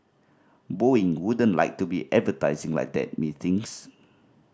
Boeing wouldn't like to be advertising like that methinks